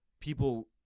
people